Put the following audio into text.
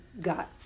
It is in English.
got